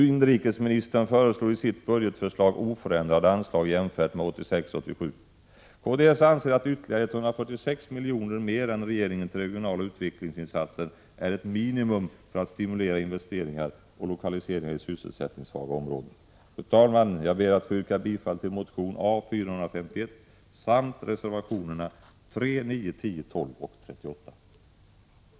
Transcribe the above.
Industriministern föreslår i sitt budgetförslag oförändrade anslag jämfört med 1986 87:129 3, 9, 10, 12 och 38. 22 maj 1987